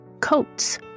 coats